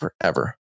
forever